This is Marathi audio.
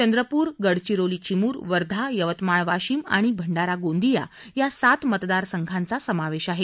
चंद्रपूर गडचिरोली चिमूर वर्धा यवतमाळ वाशीम आणि भंडारा गोंदिया या सात मतदारसंघांचा समावेश आहे